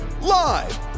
Live